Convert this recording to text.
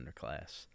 underclass